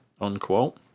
unquote